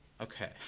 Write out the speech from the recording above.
Okay